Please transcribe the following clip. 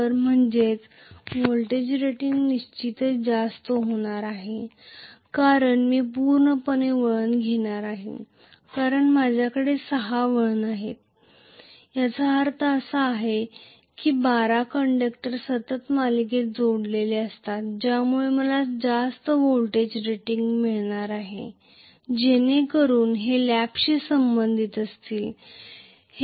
तर म्हणजे voltage rating निश्चितच जास्त होणार आहे कारण मी पूर्णपणे वळण घेणार आहे कारण माझ्याकडे 6 वळण आहेत याचा अर्थ असा आहे की 12 कंडक्टर सतत मालिकेत जोडलेले असतात ज्यामुळे मला जास्त व्होल्टेज रेटिंग मिळणार आहे जेणेकरून हे लॅपशी संबंधित असेल